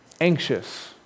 anxious